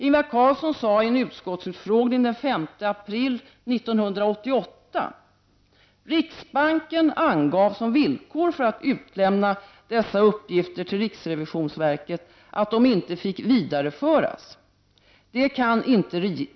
Ingvar Carlsson sade i en utskottsutfrågning den 5 april 1988: ”Riksbanken angav som villkor för att utlämna dessa uppgifter till riksrevisionsverket att de inte fick vidareföras.